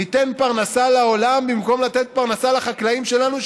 ניתן פרנסה לעולם במקום לתת פרנסה לחקלאים שלנו,